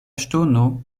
ŝtono